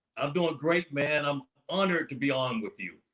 i'm doing great, man. i'm honored to be on with you.